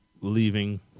leaving